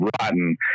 rotten